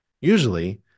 Usually